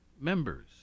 members